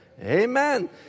Amen